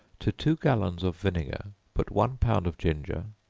to two gallons of vinegar, put one pound of ginger,